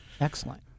Excellent